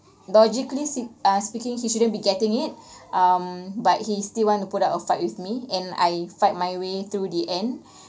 logically se~ uh speaking he shouldn't be getting it um but he still want to put up a fight with me and I fight my way through the end